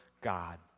God